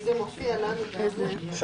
והזה מופיע לנו בעמוד, רק רגע.